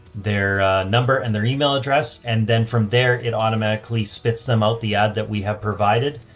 their number, and their email address. and then from there it automatically spits them out the ad that we have provided.